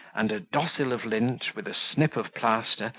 and a dossil of lint, with a snip of plaster,